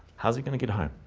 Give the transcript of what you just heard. how's it going to get home.